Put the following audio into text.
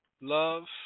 Love